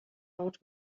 old